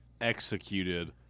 executed